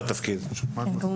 שלום